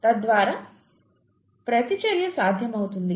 తద్వారా ప్రతిచర్య సాధ్యమవుతుంది